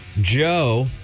Joe